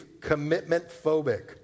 commitment-phobic